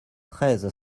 treize